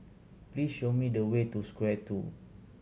please show me the way to Square Two